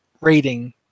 rating